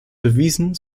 bewiesen